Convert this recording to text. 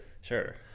Sure